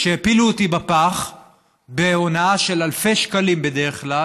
הפילו אותי בפח בהונאה של אלפי שקלים, בדרך כלל